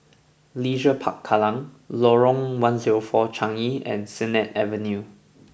Leisure Park Kallang Lorong One Zero Four Changi and Sennett Avenue